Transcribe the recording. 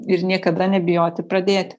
ir niekada nebijoti pradėt